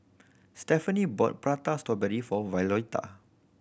Stefani bought Prata Strawberry for Violeta